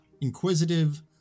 inquisitive